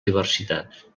diversitat